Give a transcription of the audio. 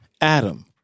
Adam